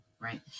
right